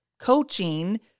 coaching